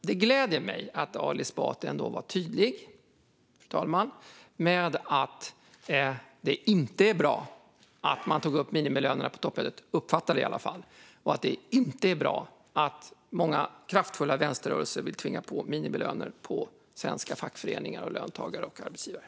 Det gläder mig att Ali Esbati ändå var tydlig med att det inte är bra att man tog upp minimilönerna. Så uppfattade jag det i alla fall. Vidare är det inte bra att många kraftfulla vänsterrörelser vill tvinga på minimilöner på svenska fackföreningar, löntagare och arbetsgivare.